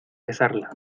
besarla